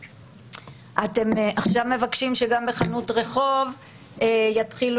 אתם עכשיו מבקשים שגם בחנות רחוב יתחילו